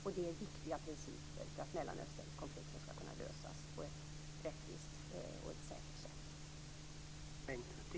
Det är viktiga principer för att Mellanösternkonflikten skall kunna lösas på ett rättvist och säkert sätt.